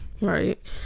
right